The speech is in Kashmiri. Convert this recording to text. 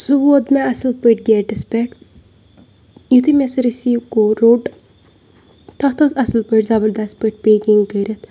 سُہ ووت مےٚ اَصٕل پٲٹھۍ گیٹَس پٮ۪ٹھ یُتھُے مےٚ سُہ رِسیٖو کوٚر روٚٹ تَتھ ٲس اَصٕل پٲٹھۍ زبردَس پٲٹھۍ پیکِنٛگ کٔرِتھ